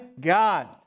God